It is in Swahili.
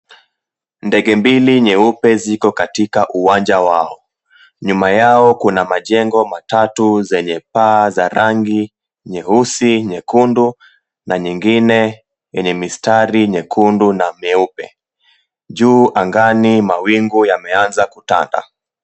Ndege mbili nyeupe ziko katika uwanja wao. Nyuma yao kuna majengo matatu zenye paa za rangi nyeusi, nyekundu na nyingine yenye mistari nyekundu na meupe. Juu angani mawingu yameanza kutanda.